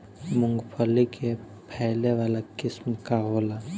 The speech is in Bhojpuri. मूँगफली के फैले वाला किस्म का होला?